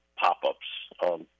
pop-ups